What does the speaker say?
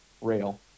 rail